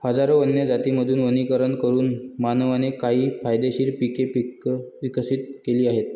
हजारो वन्य जातींमधून वर्गीकरण करून मानवाने काही फायदेशीर पिके विकसित केली आहेत